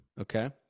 Okay